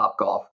Topgolf